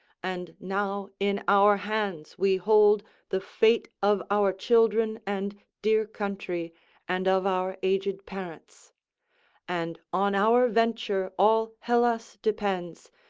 and now in our hands we hold the fate of our children and dear country and of our aged parents and on our venture all hellas depends,